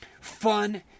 Fun